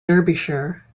derbyshire